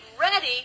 ready